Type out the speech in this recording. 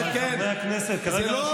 חברי הכנסת, כרגע רשות